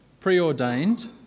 preordained